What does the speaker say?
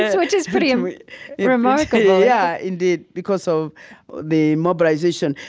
yeah which is pretty and remarkable yeah, indeed, because of the mobilization.